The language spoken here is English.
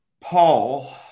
Paul